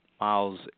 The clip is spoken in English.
miles